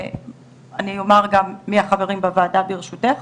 אני אומר גם מי החברים בוועדה, ברשותך.